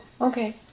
okay